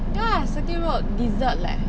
对啦 circuit road dessert leh